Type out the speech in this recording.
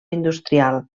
industrial